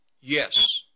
Yes